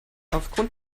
aufgrund